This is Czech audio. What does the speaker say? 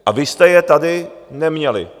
A vy jste je tady neměli.